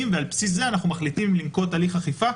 ועל בסיס זה אנחנו מחליטים אם לנקוט הליך אכיפה,